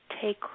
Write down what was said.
take